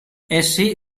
essi